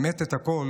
באמת את הכול,